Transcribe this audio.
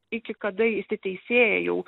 iki kada įsiteisėja jau